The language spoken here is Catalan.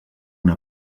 una